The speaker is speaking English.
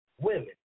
women